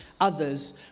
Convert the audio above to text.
others